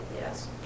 yes